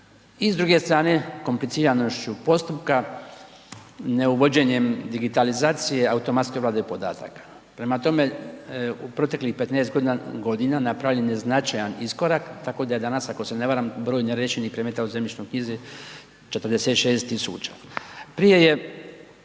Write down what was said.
i s druge strane kompliciranošću postupka neuvođenjem digitalizacije automatske obrade podataka. Prema tome, u proteklih 15 godina napravljen je značajni iskorak tako da je danas ako se ne varam broj neriješenih predmeta u zemljišnoj knjizi 46.000. Prije je